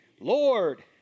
Lord